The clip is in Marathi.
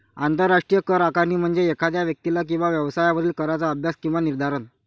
आंतरराष्ट्रीय कर आकारणी म्हणजे एखाद्या व्यक्ती किंवा व्यवसायावरील कराचा अभ्यास किंवा निर्धारण